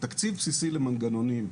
תקציב בסיסי למנגנונים.